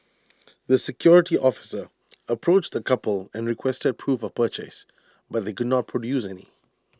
the security officer approached the couple and requested proof of purchase but they could not produce any